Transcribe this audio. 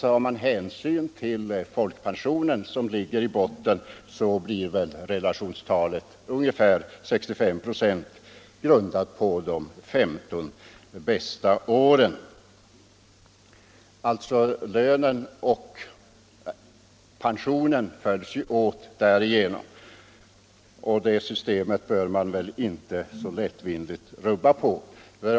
Tar man hänsyn till folkpensionen som ligger i botten, blir relationstalet ungefär 65 96 grundat på de 15 bästa åren. Lönen och pensionen följs således åt därigenom. Det systemet bör man inte så lättvindigt rubba.